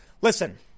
Listen